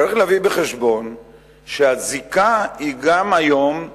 צריך להביא בחשבון שהזיקה היא גם היום,